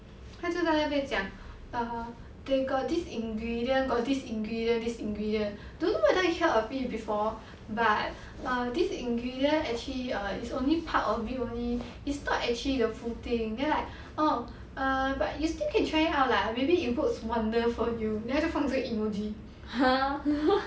他就在那边讲 err they got this ingredient got this ingredient this ingredient don't know whether you heard of it before but err this ingredient actually err is only part of it only it's not actually the full thing then like oh err but you still can try how like maybe it works wonder for you then 他就放这个 emoji